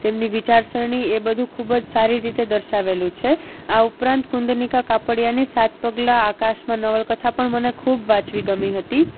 તેમની વિચારસરણી એ બધું ખૂબ જ સારી રીતે દર્શાવેલું છે આ ઉપરાંત કુંદનિકા કાપડિયાની સાત પગલાં આકાશમાં નવલકથા પણ મને ખૂબ વાંચવી ગમી હતી